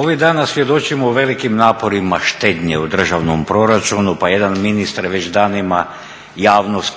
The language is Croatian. Ovih dana svjedočimo velikim naporima štednje u državnom proračunu pa jedan ministar već danima javnost